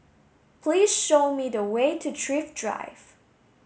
please show me the way to Thrift Drive